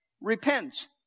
Repent